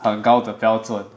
很高的标准